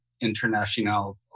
international